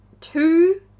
two